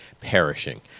perishing